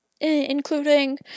including